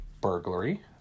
Burglary